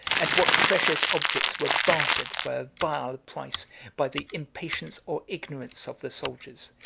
and what precious objects were bartered for a vile price by the impatience or ignorance of the soldiers,